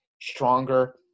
stronger